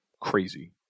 crazy